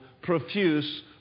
profuse